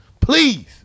Please